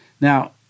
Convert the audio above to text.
Now